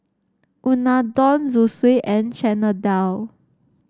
Unadon Zosui and Chana Dal